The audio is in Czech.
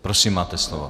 Prosím, máte slovo.